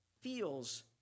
feels